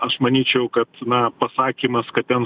aš manyčiau kad na pasakymas kad ten